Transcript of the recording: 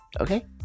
okay